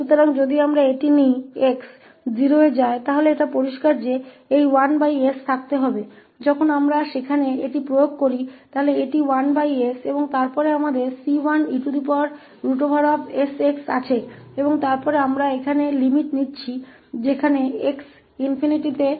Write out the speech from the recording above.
इसलिए यदि हम यह लेते हैं कि यह x 0 पर जाता है तो यह स्पष्ट है कि यह 1s है तो जब हम इसे वहां लागू करते हैं तो यह1s है और फिर हमारे पास c1esx है और फिर हम यहां ले रहे हैं सीमा x ∞ पर जाती है